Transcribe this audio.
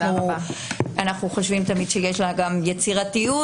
אנחנו תמיד חושבים שיש לה יצירתיות,